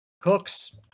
cooks